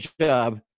job